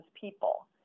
people